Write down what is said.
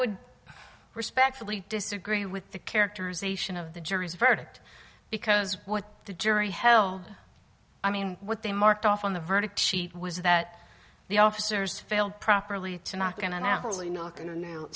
would respectfully disagree with the characterization of the jury's verdict because what the jury hell i mean what they marked off on the verdict sheet was that the officers failed properly to knock on our holy milk in a new